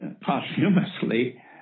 posthumously